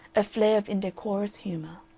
a flare of indecorous humor.